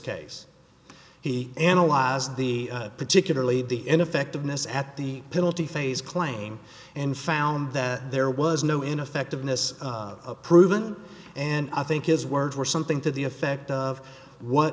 case he analyzed the particularly the ineffectiveness at the penalty phase claiming and found that there was no ineffectiveness proven and i think his words were something to the effect of what